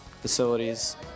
facilities